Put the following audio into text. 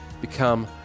become